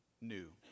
new